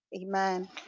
Amen